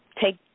take